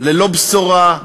ללא בשורה,